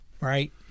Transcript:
right